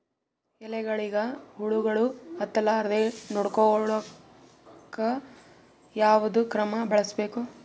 ಎಲೆಗಳಿಗ ಹುಳಾಗಳು ಹತಲಾರದೆ ನೊಡಕೊಳುಕ ಯಾವದ ಕ್ರಮ ಬಳಸಬೇಕು?